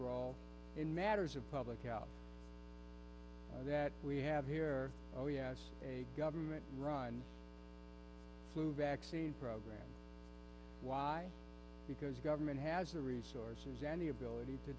role in matters of public out that we have here oh yes a government run flu vaccine program why because government has the resources and the ability to